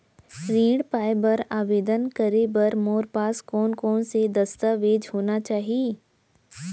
ऋण पाय बर आवेदन करे बर मोर पास कोन कोन से दस्तावेज होना चाही?